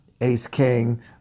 ace-king